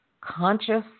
conscious